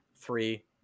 three